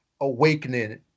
awakening